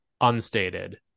unstated